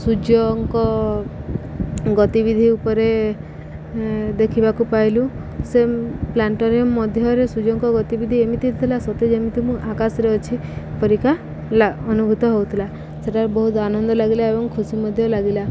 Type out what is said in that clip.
ସୂର୍ଯ୍ୟଙ୍କ ଗତିବିଧି ଉପରେ ଦେଖିବାକୁ ପାଇଲୁ ସେ ପ୍ଲାାନେଟୋରିୟମ୍ ମଧ୍ୟରେ ସୂର୍ଯ୍ୟଙ୍କ ଗତିବିଧି ଏମିତି ଥିଲା ସତେ ଯେମିତି ମୁଁ ଆକାଶରେ ଅଛି ପରିକା ଅନୁଭୂତ ହଉଥିଲା ସେଠାରେ ବହୁତ ଆନନ୍ଦ ଲାଗିଲା ଏବଂ ଖୁସି ମଧ୍ୟ ଲାଗିଲା